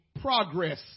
progress